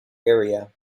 area